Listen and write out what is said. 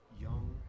young